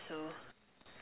so